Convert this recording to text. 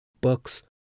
books